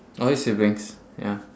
all his siblings ya